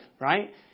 right